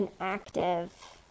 active